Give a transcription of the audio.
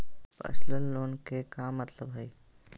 Personal loan के का मतलब हई?